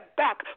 back